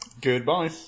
goodbye